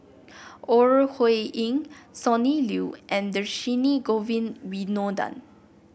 Ore Huiying Sonny Liew and Dhershini Govin Winodan